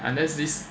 unless this